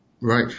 Right